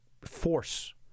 force